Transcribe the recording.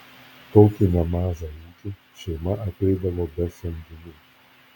tokį nemažą ūkį šeima apeidavo be samdinių